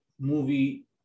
movie